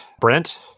Brent